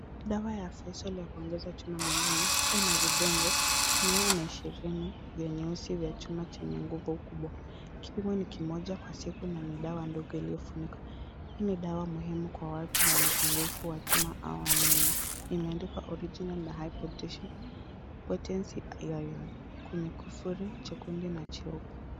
Dawa ya Feosol ya kuongeza chuma mwilini. Chupa ina vidonge mia na ishirini vya nyeusi vya chuma chenye nguvu kubwa. Kipimo ni kimoja kwa siku na ni dawa ndogo iliyofunikwa. Hii ni dawa muhimu kwa watu wenye upungufu wa chuma au anemia . Imeandikwa original na high potency iron kwenye kufuri chekundu na cheupe.